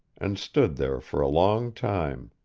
and stood there for a long time.